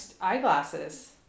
eyeglasses